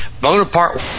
Bonaparte